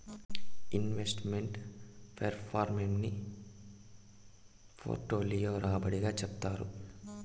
invest meant performance ని portfolio రాబడి గా చెప్తారు